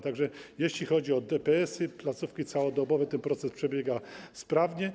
Tak że jeśli chodzi o DPS-y, placówki całodobowe, ten proces przebiega sprawnie.